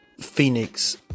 phoenix